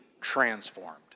transformed